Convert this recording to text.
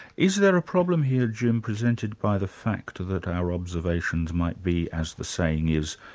is there a problem here jim, presented by the fact that our observations might be as the saying is,